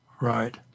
Right